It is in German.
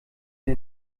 der